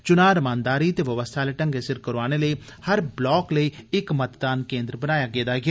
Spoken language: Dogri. च्ना रमानदारी ते व्यवस्था आले ढंगै सिर करोआने लेई हर ब्लाक लेई इक मतदान केन्द्र बनाया गेदा ऐ